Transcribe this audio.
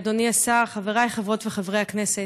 אדוני השר, חבריי חברות וחברי הכנסת,